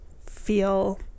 feel